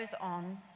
on